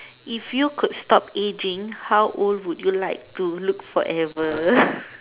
if you could stop aging how old would you like to look forever